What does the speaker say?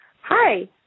Hi